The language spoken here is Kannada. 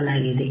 ಮಾಡಲಾಗಿದೆ